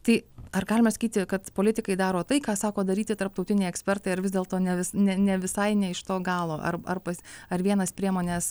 tai ar galima sakyti kad politikai daro tai ką sako daryti tarptautiniai ekspertai ar vis dėlto ne vis ne ne visai ne iš to galo ar ar pas ar vienas priemonės